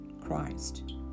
Christ